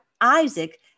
Isaac